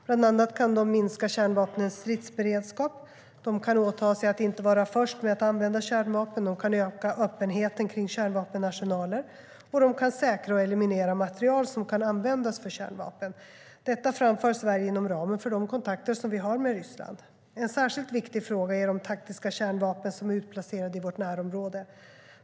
Bland annat kan de minska kärnvapnens stridsberedskap, åta sig att inte vara först med att använda kärnvapen, öka öppenheten kring kärnvapenarsenaler och säkra och eliminera material som kan användas för kärnvapen. Detta framför Sverige inom ramen för de kontakter vi har med Ryssland.En särskilt viktig fråga är de taktiska kärnvapen som är utplacerade i vårt närområde.